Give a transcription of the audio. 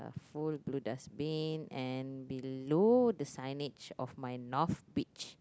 full blue dustbin and below the signage of my north beach